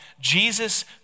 Jesus